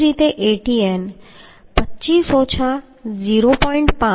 એ જ રીતે Atn 25 ઓછા 0